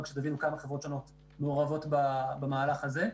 רק שתבינו כמה חברות שונות מעורבות במהלך הזה,